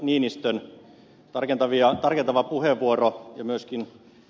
niinistön tarkentava puheenvuoro ja myöskin ed